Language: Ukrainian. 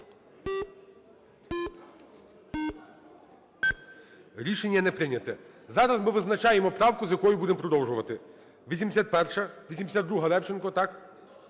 Рішення не прийнято. Зараз ми визначаємо правку, з якої будемо продовжувати. 81-а. 82-а, Левченко. Так?